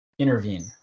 Intervene